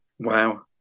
Wow